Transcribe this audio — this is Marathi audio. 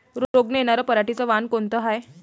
रोग न येनार पराटीचं वान कोनतं हाये?